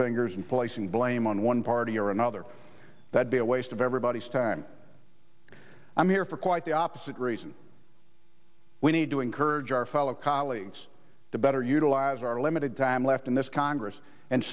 fingers and placing blame on one party or another that be a waste of everybody's time i'm here for quite the opposite reason we need to encourage our fellow colleagues to better utilize our limited time left in this congress and